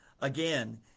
Again